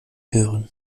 hören